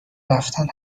رفتن